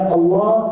Allah